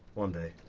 one day,